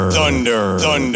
Thunder